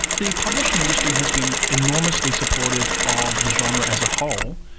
the publishing industry has been enormously supportive of the genre as a whole.